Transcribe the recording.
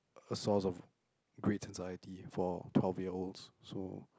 a source of grades anxiety for twelve year olds so